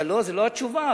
זו לא התשובה.